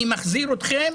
אני מחזיר אתכם,